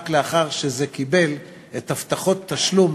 רק לאחר שקיבל את הבטחות התשלום